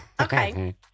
Okay